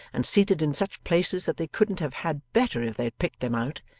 and seated in such places that they couldn't have had better if they had picked them out,